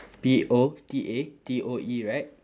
P O T A T O E right